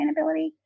sustainability